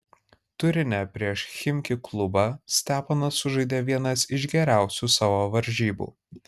turine prieš chimki klubą steponas sužaidė vienas iš geriausių savo varžybų